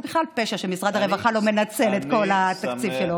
זה בכלל פשע שמשרד הרווחה לא מנצל את כל התקציב שלו.